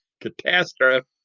catastrophe